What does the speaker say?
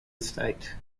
estate